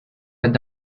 had